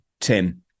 Tim